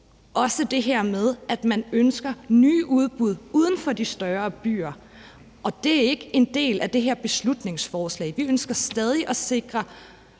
også det her med, at man ønsker nye udbud uden for de større byer, og det er ikke en del af det her beslutningsforslag. Vi ønsker stadig at sikre